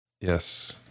Yes